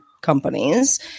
companies